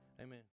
Amen